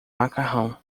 macarrão